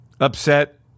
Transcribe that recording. upset